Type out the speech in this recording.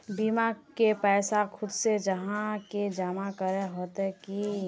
बीमा के पैसा खुद से जाहा के जमा करे होते की?